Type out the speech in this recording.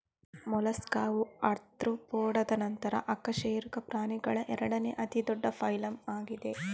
ಮೊಲಸ್ಕಾವು ಆರ್ತ್ರೋಪೋಡಾದ ನಂತರ ಅಕಶೇರುಕ ಪ್ರಾಣಿಗಳ ಎರಡನೇ ಅತಿ ದೊಡ್ಡ ಫೈಲಮ್ ಆಗಿದೆ